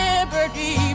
Liberty